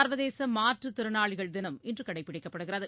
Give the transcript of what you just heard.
சா்வதேசமாற்றுத்திறனாளிகள் தினம் இன்றுகடைப்பிடிக்கப்படுகிறது